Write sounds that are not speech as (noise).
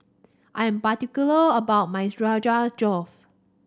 I am particular about my (unintelligible) Josh